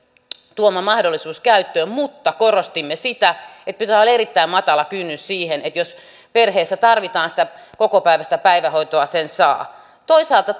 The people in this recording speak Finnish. tuoma mahdollisuus käyttöön mutta korostimme sitä että pitää olla erittäin matala kynnys siihen että jos perheessä tarvitaan sitä kokopäiväistä päivähoitoa sen saa toisaalta